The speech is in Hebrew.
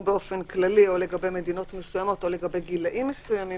או באופן כללי או לגבי מדינות מסוימות או לגבי גילאים מסוימים